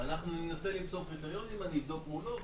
אנחנו ננסה למצוא קריטריונים, אני אבדוק מולו.